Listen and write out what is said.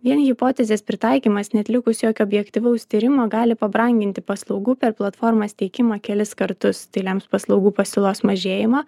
vien hipotezės pritaikymas neatlikus jokio objektyvaus tyrimo gali pabranginti paslaugų per platformas teikimą kelis kartus tai lems paslaugų pasiūlos mažėjimą